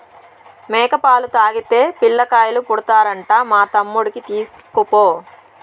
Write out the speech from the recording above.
మేక పాలు తాగితే పిల్లకాయలు పుడతారంట మా తమ్ముడికి తీస్కపో